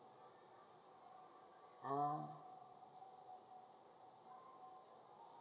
ah